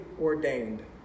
ordained